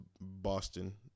Boston